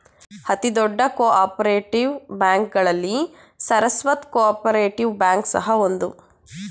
ಅತಿ ದೊಡ್ಡ cooperative ಬ್ಯಾಂಕ್ಗಳಲ್ಲಿ ಸರಸ್ವತ್ ಕೋಪರೇಟಿವ್ ಬ್ಯಾಂಕ್ ಸಹ ಒಂದು